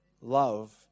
love